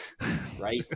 Right